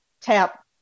tap